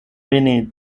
veni